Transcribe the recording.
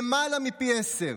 למעלה מפי עשרה,